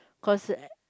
cause